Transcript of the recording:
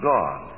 God